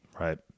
Right